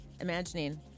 imagining